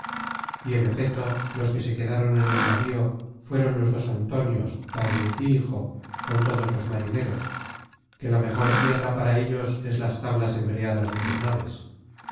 y en efeto los que se quedaron en el navío fueron los dos antonios padre y hijo con todos los marineros que la mejor tierra para ellos es las tablas embreadas de sus naves